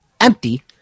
empty